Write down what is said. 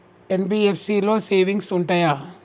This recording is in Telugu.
ఎన్.బి.ఎఫ్.సి లో సేవింగ్స్ ఉంటయా?